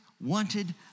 wanted